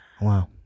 Wow